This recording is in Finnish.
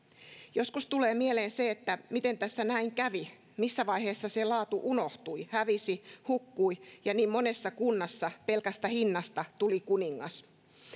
joskus tulee mieleen se että miten tässä näin kävi missä vaiheessa se laatu unohtui hävisi hukkui ja niin monessa kunnassa pelkästä hinnasta tuli kuningas